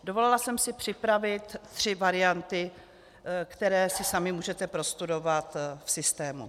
Dovolila jsem si připravit tři varianty, které si sami můžete prostudovat v systému.